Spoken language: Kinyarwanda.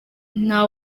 nta